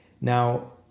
Now